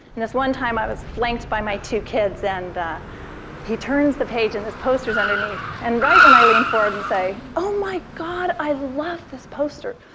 and this one time i was flanked by my two kids and he turns the page and this poster is underneath, and right when i lean forward and say, oh my god, i love this poster,